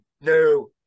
No